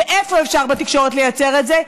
ואיפה אפשר בתקשורת לייצר את זה?